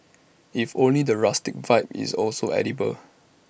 if only the rustic vibe is also edible